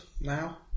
now